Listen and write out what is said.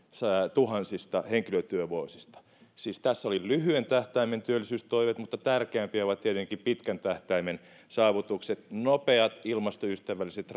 tuhansista henkilötyövuosista siis tässä olivat lyhyen tähtäimen työllisyystoimet mutta tärkeämpiä ovat tietenkin pitkän tähtäimen saavutukset nopeat ilmastoystävälliset